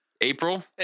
April